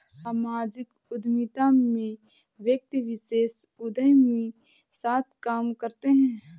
सामाजिक उद्यमिता में व्यक्ति विशेष उदयमी साथ काम करते हैं